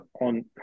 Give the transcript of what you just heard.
On